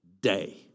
day